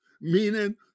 meaning